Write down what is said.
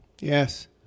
yes